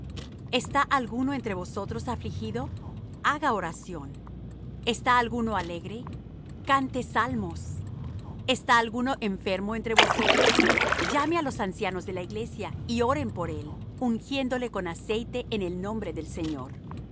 está alguno entre vosotros afligido haga oración está alguno alegre cante salmos está alguno enfermo entre vosotros llame á los ancianos de la iglesia y oren por él ungiéndole con aceite en el nombre del señor